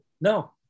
No